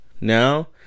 now